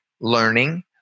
learning